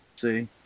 See